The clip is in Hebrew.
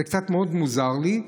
זה מאוד מוזר לי,